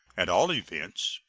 at all events,